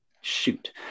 shoot